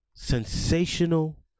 sensational